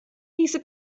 hieße